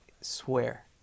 swear